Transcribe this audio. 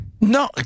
No